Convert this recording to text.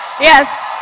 Yes